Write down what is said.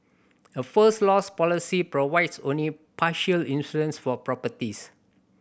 a First Loss policy provides only partial insurance for properties